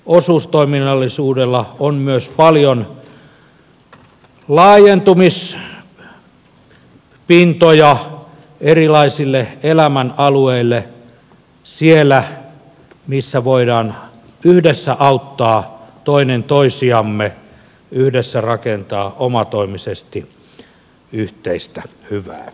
osuustoiminnallisuudella on myös paljon laajentumispintoja erilaisille elämänalueille siellä missä voimme yhdessä auttaa toinen toisiamme yhdessä rakentaa omatoimisesti yhteistä hyvää